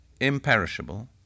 imperishable